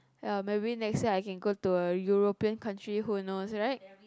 ya my way next year I can go to a European country who knows right